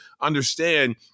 understand